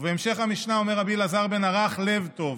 ובהמשך המשנה אומר רבי אלעזר בן ערך לב טוב.